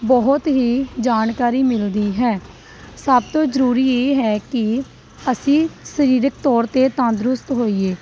ਬਹੁਤ ਹੀ ਜਾਣਕਾਰੀ ਮਿਲਦੀ ਹੈ ਸਭ ਤੋਂ ਜ਼ਰੂਰੀ ਇਹ ਹੈ ਕਿ ਅਸੀਂ ਸਰੀਰਕ ਤੌਰ 'ਤੇ ਤੰਦਰੁਸਤ ਹੋਈਏ